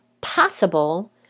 possible